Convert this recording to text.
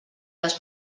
les